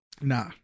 Nah